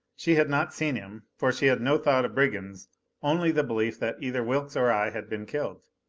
she had not seen him for she had no thought of brigands only the belief that either wilks or i had been killed.